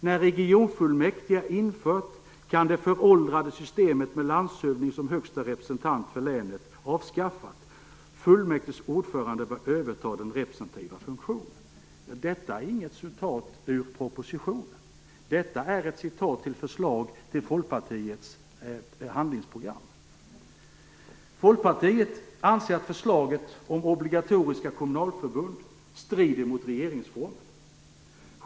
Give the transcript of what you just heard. När regionfullmäktige är infört kan det föråldrade systemet med landshövdning som högsta respresentant för länet avskaffas. Fullmäktiges ordförande bör överta den representativa funktionen. Detta är inget citat ur propositionen. Detta är taget ur ett förslag till handlingsprogram för Folkpartiet. Folkpartiet anser att förslaget om obligatoriska kommunalförbund strider mot regeringsformen.